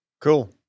Cool